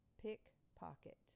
Pickpocket